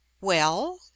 Well